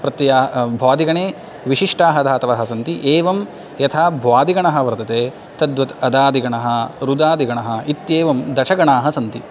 प्रत्या भ्वादिगणे विशिष्टाः धातवः सन्ति एवं यथा भ्वादिगणः वर्तते तद्वत् अदादिगणः रुदादिगणः इत्येवं दशगणाः सन्ति